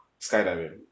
Skydiving